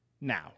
Now